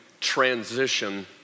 transition